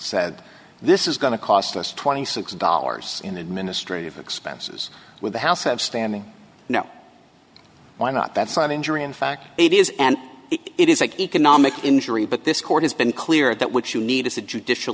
said this is going to cost us twenty six dollars in administrative expenses with the house have standing no why not that sort of injury in fact it is and it is an economic injury but this court has been clear that what you need is a judicial